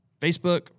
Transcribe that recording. Facebook